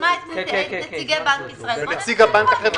לעניין מי שהשתחרר משירות סדיר על פי חוק שירות ביט חון,